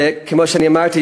וכמו שאני אמרתי,